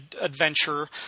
adventure